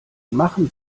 machen